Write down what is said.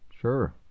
Sure